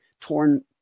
torn